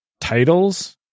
titles